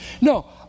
No